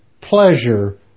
pleasure